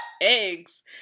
eggs